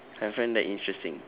I find that interesting